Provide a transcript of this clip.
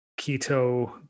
keto